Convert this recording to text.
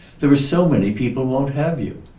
there are so many people won't have you.